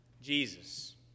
Jesus